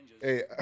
Hey